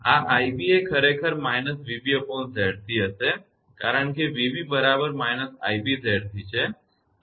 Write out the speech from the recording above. આ 𝑖𝑏 એ ખરેખર −𝑣𝑏𝑍𝑐 હશે કારણ કે 𝑣𝑏 બરાબર −𝑖𝑏𝑍𝑐 છે